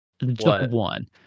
one